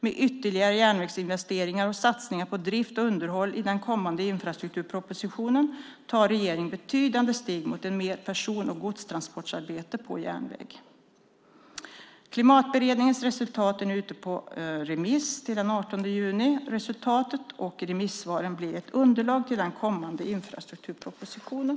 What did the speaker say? Med ytterligare järnvägsinvesteringar och satsningar på drift och underhåll i den kommande infrastrukturpropositionen tar regeringen betydande steg mot mer person och godstransportarbete på järnväg. Klimatberedningens resultat är nu ute på remiss till den 18 juni. Resultatet och remissvaren blir ett underlag till den kommande infrastrukturpropositionen.